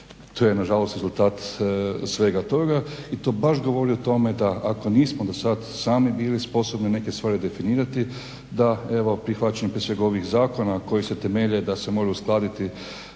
To je nažalost rezultat svega toga i to baš govori o tome da ako nismo dosad sami bili sposobni neke stvari definirati da evo prihvaćanjem prije svega ovih zakona koji se temelje da se može uskladiti